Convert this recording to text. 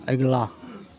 अगिला